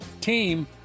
team